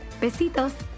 Besitos